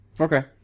Okay